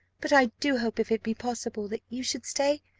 but i do hope, if it be possible, that you should stay.